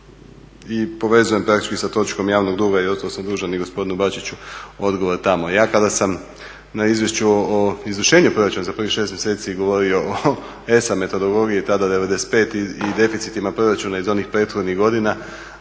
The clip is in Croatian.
I povezujem praktički sa točkom javnog duga i ostao sam dužan i gospodinu Bačiću odgovor tamo. Ja kada sam na izvješću o izvršenju proračuna za pravih 6 mjeseci govorio o ESA metodologiji tada 95 i deficitima proračuna iz onih prethodnih godina